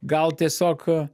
gal tiesiog